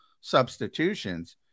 substitutions